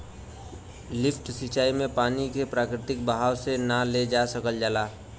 lift सिंचाई से पानी के प्राकृतिक बहाव से ना ले जा सकल जाला